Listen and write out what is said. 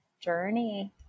journey